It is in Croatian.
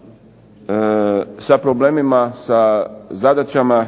sastancima sa problemima, sa zadaćama